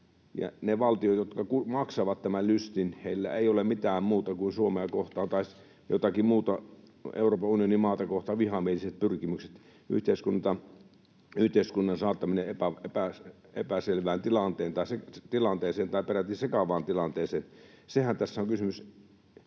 valtioilla, jotka maksavat tämän lystin, ei ole mitään muuta Suomea kohtaan tai jotakin muuta Euroopan unionin maata kohtaan kuin vihamieliset pyrkimykset, yhteiskunnan saattaminen epäselvään tilanteeseen tai peräti sekavaan tilanteeseen. Siitähän tässä on kysymys,